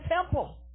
temple